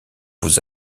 vous